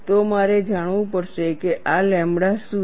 તો મારે જાણવું પડશે કે આ લેમ્બડા શું છે